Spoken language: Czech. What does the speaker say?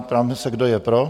Ptám se, kdo je pro?